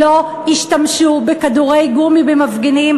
לא ישתמשו בכדורי גומי לפיזור מפגינים.